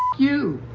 you.